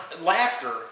laughter